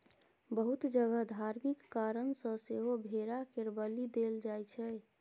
बहुत जगह धार्मिक कारण सँ सेहो भेड़ा केर बलि देल जाइ छै